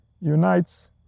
unites